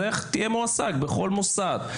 לך ותהיה מועסק בכל מוסד.